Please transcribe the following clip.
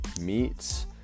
meats